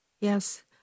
Yes